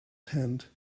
tent